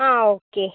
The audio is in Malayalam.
ആ ഓക്കെ